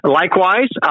likewise